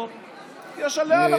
דרך אגב, עובדה.